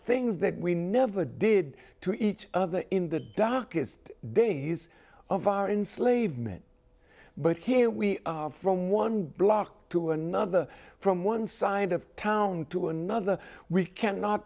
things that we never did to each other in the darkest days of our in slave men but here we are from one block to another from one side of town to another we cannot